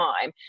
time